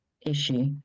issue